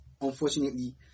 unfortunately